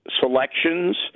selections